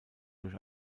durch